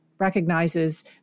recognizes